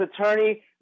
attorney